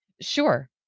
sure